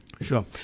Sure